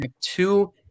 two